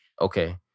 Okay